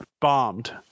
bombed